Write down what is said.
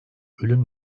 ölüm